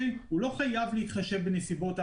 הוא לא חייב להתחשב בנסיבות ההפרה,